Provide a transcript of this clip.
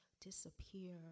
disappear